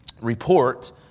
report